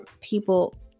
people